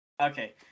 Okay